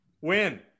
Win